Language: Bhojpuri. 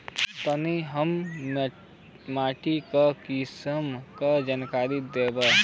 तनि हमें माटी के किसीम के जानकारी देबा?